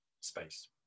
space